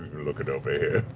looking over here?